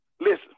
listen